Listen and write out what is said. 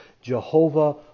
Jehovah